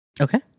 Okay